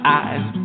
eyes